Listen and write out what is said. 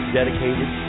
dedicated